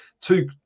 two